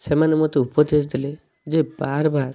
ସେମାନେ ମତେ ଉପଦେଶ ଦେଲେ ଯେ ବାରବାର